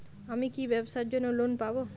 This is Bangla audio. আমি কি ব্যবসার জন্য লোন পাব?